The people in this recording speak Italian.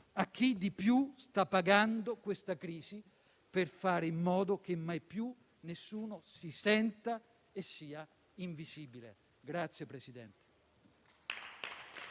a chi di più sta pagando questa crisi. Per fare in modo che mai più nessuno si senta e sia invisibile.